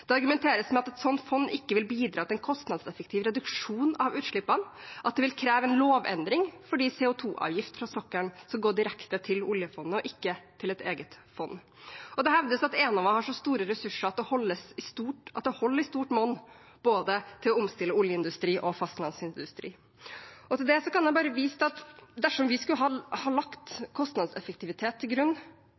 Det argumenteres med at et sånt fond ikke vil bidra til en kostnadseffektiv reduksjon av utslippene, at det vil kreve en lovendring, for CO 2 -avgift fra sokkelen skal gå direkte til oljefondet og ikke til et eget fond. Det hevdes at Enova har så store ressurser at det i stort monn holder til å omstille både oljeindustri og fastlandsindustri. Til det kan jeg bare vise til at dersom vi skulle lagt kostnadseffektivitet til grunn